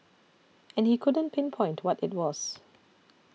and he couldn't pinpoint what it was